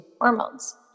hormones